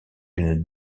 une